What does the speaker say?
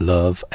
Love